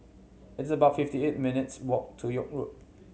it's about fifty eight minutes' walk to York Road